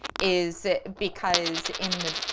is because in the,